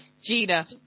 Gina